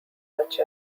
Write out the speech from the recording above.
such